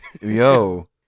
Yo